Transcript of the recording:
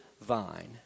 vine